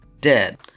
dead